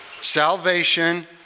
Salvation